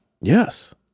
Yes